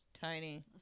tiny